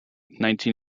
nineteen